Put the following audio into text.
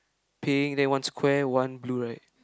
pink then one square one blue right